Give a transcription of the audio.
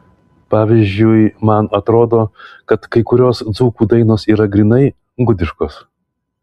pavyzdžiui man atrodo kad kai kurios dzūkų dainos yra grynai gudiškos